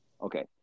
Okay